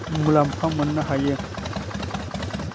मुलाम्फा मोन्नो हायो